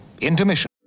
intermission